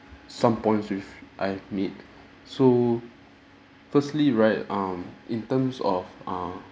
some points which I've made so firstly right um in terms of err